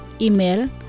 Email